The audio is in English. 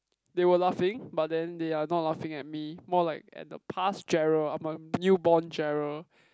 they were laughing but then they are not laughing at me more like at the past Gerald I'm a newborn Gerald